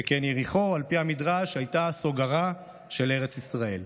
שכן על פי המדרש, יריחו הייתה סוגרה של ארץ ישראל: